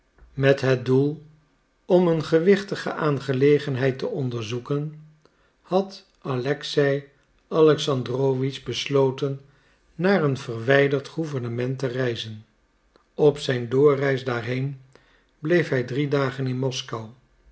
met het doel om een gewichtige aangelegenheid te onderzoeken had alexei alexandrowitsch besloten naar een verwijderd gouvernement te reizen op zijn doorreis daarheen bleef hij drie dagen in moskou